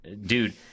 dude